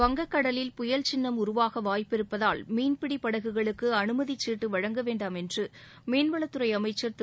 வங்கக் கடலில் புயல்சின்னம் உருவாக வாய்ப்பிருப்பதால் மீன்பிடி படகுகளுக்கு அனுமதிச் சீட்டு வழங்க வேண்டாம் என்று மீன்வளத்துறை அமைச்சர் திரு